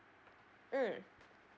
mm